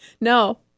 No